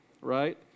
right